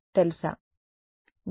విద్యార్థి డొమైన్ వెలుపల